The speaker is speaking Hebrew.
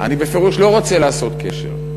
אני בפירוש לא רוצה לעשות קשר,